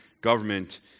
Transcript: government